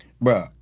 Bro